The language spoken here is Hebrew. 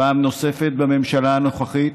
פעם נוספת, בממשלה הנוכחית,